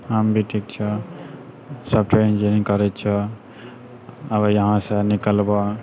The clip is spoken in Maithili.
हम भी ठीक छौ सॉफ्टवेयर इन्जीनियरिंग करै छौ अभी यहाँसँ निकलबौ